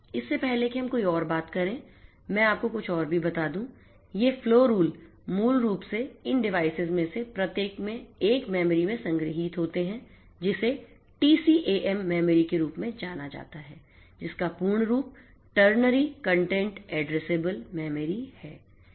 इससे पहले कि हम कोई और बात करें मैं आपको कुछ और भी बता दूं ये फ्लो रूल मूल रूप से इन डिवाइसेज में से प्रत्येक में एक मेमोरी में संग्रहीत होते हैं जिसे टीसीएएम मेमोरी के रूप में जाना जाता है जिसका पूर्ण रूप टर्नेरी कंटेंट एड्रेसेबल मेमोरी है